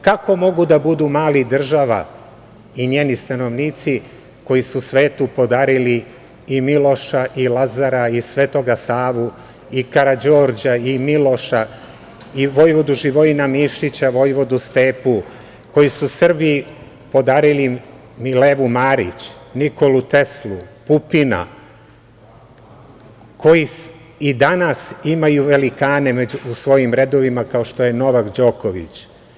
Kako mogu da budu mali država i njeni stanovnici koji su svetu podarili i Miloša i Lazara i Svetog Savu i Karađorđa i Miloša i vojvodu Živojina Mišića, vojvodu Stepu, koji su Srbiji podarili Milevu Marić, Nikolu Teslu, Pupina, koji i danas imaju velikane u svojim redovima kao što je Novak Đoković?